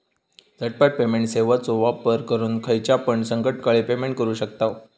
झटपट पेमेंट सेवाचो वापर करून खायच्यापण संकटकाळी पेमेंट करू शकतांव